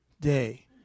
day